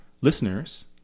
listeners